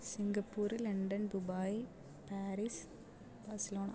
Singapore London Dubai Paris Barcelona